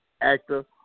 actor